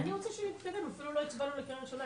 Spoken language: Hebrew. אני רוצה שנתקדם, אפילו לא הצבענו לקריאה ראשונה.